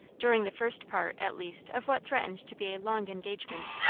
during the first part at least of what threatened to be a long engagement,